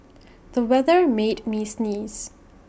the weather made me sneeze